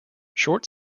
short